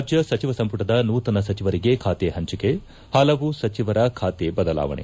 ರಾಜ್ಯ ಸಚಿವ ಸಂಪುಟದ ನೂತನ ಸಚಿವರಿಗೆ ಖಾತೆ ಪಂಚಿಕೆ ಪಲವು ಸಚಿವರ ಖಾತೆ ಬದಲಾವಣೆ